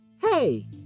Hey